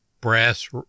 brass